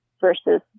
versus